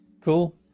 Cool